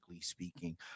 speaking